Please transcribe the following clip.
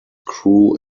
crew